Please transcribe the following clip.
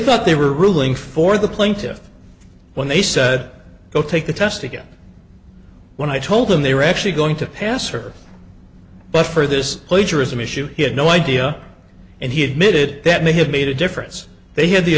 thought they were ruling for the plaintiffs when they said go take the test again when i told them they were actually going to pass or but for this plagiarism issue he had no idea and he admitted that may have made a difference they had the